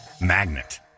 Magnet